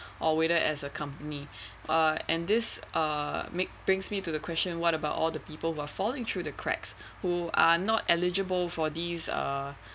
or whether as accompany uh and this uh make brings me to the question what about all the people who are falling through the cracks who are not eligible for these uh